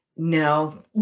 No